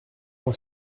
moi